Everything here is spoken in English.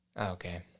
Okay